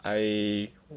I